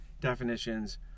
definitions